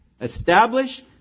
establish